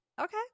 okay